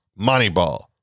Moneyball